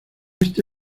este